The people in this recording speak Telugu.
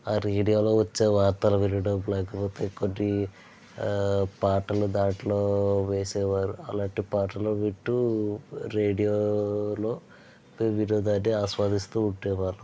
ఆ రేడియోలో వచ్చే వార్తలు వినడం లేకపోతే కొన్ని ఆ పాటలు దాంట్లో వేసేవారు అలాంటి పాటలు వింటు రేడియోలో వినోదాన్ని ఆస్వాదిస్తు ఉండేవారు